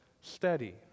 steady